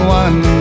one